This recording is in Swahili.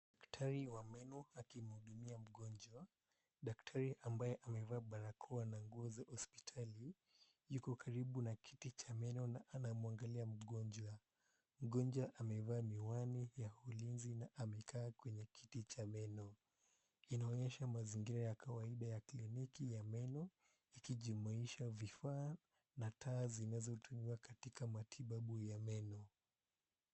Daktari wa meno akimhudumia mgonjwa. Daktari ambaye amevaa barakoa na nguo za hospitali, yuko karibu na kiti cha meno na anamuangalia mgonjwa. Mgonjwa amevaa miwani ya ulinzi na amekaa kwenye kiti cha meno. Inaonyesha mazingira ya kawaida ya kliniki ya meno, ikijumuisha vifaa na taa zinazotumiwa katika matibabu ya meno.